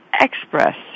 express